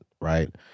right